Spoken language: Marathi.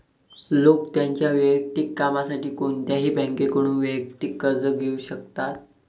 लोक त्यांच्या वैयक्तिक कामासाठी कोणत्याही बँकेकडून वैयक्तिक कर्ज घेऊ शकतात